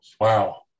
wow